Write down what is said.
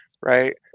right